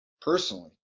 personally